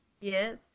Yes